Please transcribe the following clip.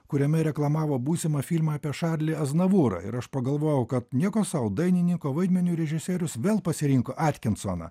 kuriame reklamavo būsimą filmą apie šarlį aznavūrą ir aš pagalvojau kad nieko sau dailininko vaidmeniui režisierius vėl pasirinko atkinsoną